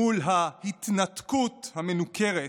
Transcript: מול ההתנתקות המנוכרת,